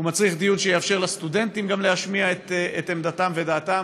והוא מצריך דיון שיאפשר גם לסטודנטים להשמיע את עמדתם ודעתם.